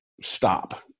stop